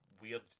weird